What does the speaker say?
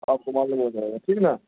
آپ کو معلوم ہو جائے گا ٹھیک نہ